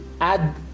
Add